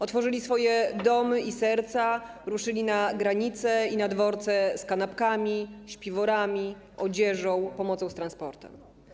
Otworzyli swoje domy i serca, ruszyli na granicę i na dworce z kanapkami, śpiworami, odzieżą, pomocą z transportem.